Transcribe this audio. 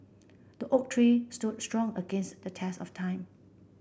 the oak tree stood strong against the test of time